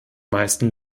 meisten